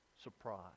surprise